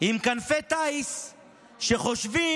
עם כנפי טיס שחושבים